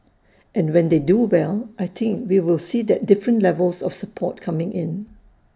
and when they do well I think we will see that different levels of support coming in